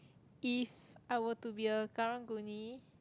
if I were to be a Karang-Guni